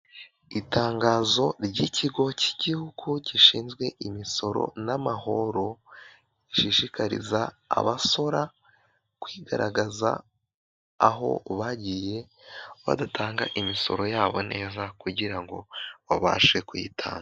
Itangazo ry'ikigo cy'igihugu gishinzwe imisoro n'amahoro bishishikariza abasora kwigaragaza aho bagiye badatanga imisoro yabo neza kugira ngo babashe kuyitanga.